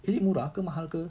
is it murah ke mahal ke